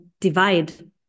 divide